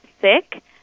sick